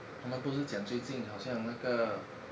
他们不是讲最近好像那个